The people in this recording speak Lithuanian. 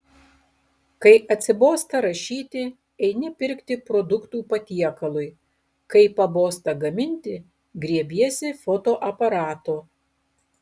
kai atsibosta rašyti eini pirkti produktų patiekalui kai pabosta gaminti griebiesi fotoaparato